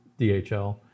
DHL